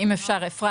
רגע, אבל, אם אפשר.